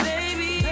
Baby